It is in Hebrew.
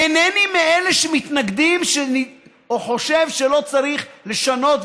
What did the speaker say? אינני מאלה שמתנגדים או חושבים שלא צריך לשנות,